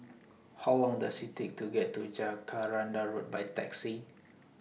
How Long Does IT Take to get to Jacaranda Road By Taxi